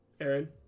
Aaron